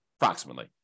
approximately